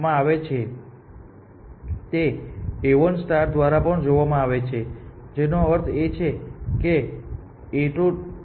તેથી અમે તે ઇન્ડક્શન દ્વારા સાબિત કરીશું અને આ બધું તે શરૂઆતના નોડ માટે બધી પ્રોપર્ટી યોગ્ય રીતે કરે છે